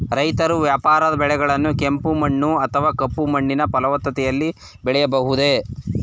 ರೈತರು ವ್ಯಾಪಾರ ಬೆಳೆಗಳನ್ನು ಕೆಂಪು ಮಣ್ಣು ಅಥವಾ ಕಪ್ಪು ಮಣ್ಣಿನ ಫಲವತ್ತತೆಯಲ್ಲಿ ಬೆಳೆಯಬಹುದೇ?